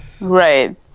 Right